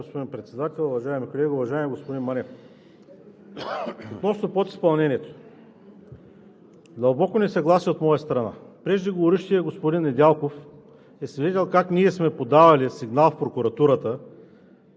господин Председател, уважаеми колеги! Уважаеми господин Манев, относно подизпълнението – дълбоко несъгласие от моя страна. Преждеговорившият господин Недялков е свидетел как ние сме подавали сигнал в прокуратурата